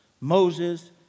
Moses